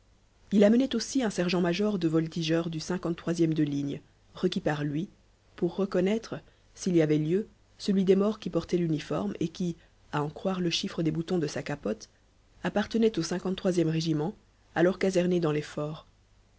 il amenait aussi un sergent-major de voltigeurs du e de ligne requis par lui pour reconnaître s'il y avait lieu celui des morts qui portait l'uniforme et qui à en croire le chiffre des boutons de sa capote appartenait au e régiment alors caserné dans